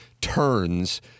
turns